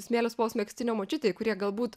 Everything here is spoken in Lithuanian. smėlio spalvos megztinio močiutei kurie galbūt